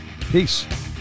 Peace